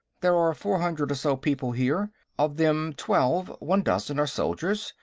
there are four hundred or so people here. of them, twelve, one dozen, are soldiers.